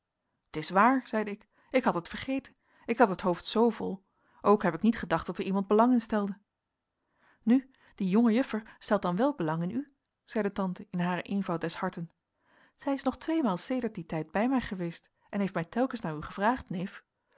t is waar zeide ik ik had het vergeten ik had het hoofd zoo vol ook heb ik niet gedacht dat er iemand belang in stelde nu die jonge juffer stelt dan wel belang in u zeide tante in haren eenvoud des harten zij is nog tweemalen sedert dien tijd bij mij geweest en heeft mij telkens naar u gevraagd neef